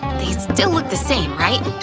they still look the same, right?